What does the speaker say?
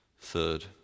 Third